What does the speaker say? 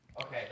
Okay